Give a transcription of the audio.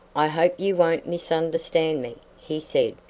i hope you won't misunderstand me, he said.